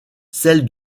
celle